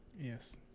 Yes